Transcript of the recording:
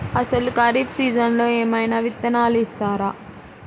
అసలు ఖరీఫ్ సీజన్లో ఏమయినా విత్తనాలు ఇస్తారా?